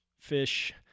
fish